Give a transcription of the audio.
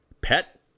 pet